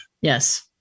Yes